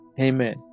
Amen